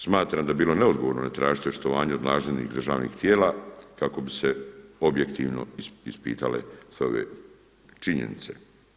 Smatram da bi bilo neodgovorno ne tražiti očitovanje od nadležnih državnih tijela kako bi se objektivno ispitale sve ove činjenice.